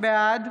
בעד